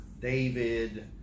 David